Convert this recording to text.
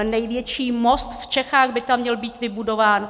Největší most v Čechách by tam měl být vybudován.